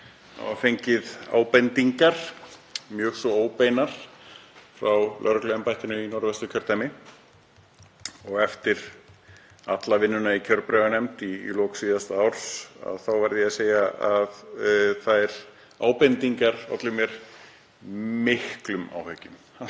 fengið ábendingar, mjög svo óbeinar, frá lögregluembættinu í Norðvesturkjördæmi og eftir alla vinnuna í kjörbréfanefnd í lok síðasta árs þá verð ég að segja að þær ábendingar ollu mér miklum áhyggjum,